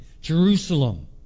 Jerusalem